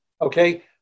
okay